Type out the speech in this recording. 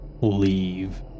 leave